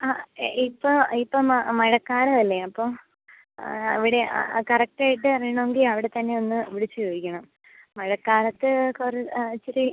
ആ ഇപ്പോൾ ഇപ്പം മ മഴക്കാലം അല്ലേ അപ്പോൾ അവിടെ ആ കറക്റ്റ് ആയിട്ട് അറിയണമെങ്കിൽ അവിടെത്തന്നെ ഒന്ന് വിളിച്ച് ചോദിക്കണം മഴക്കാലത്ത് കുറ ഇത്തിരി